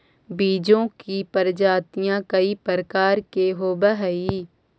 बीजों की प्रजातियां कई प्रकार के होवअ हई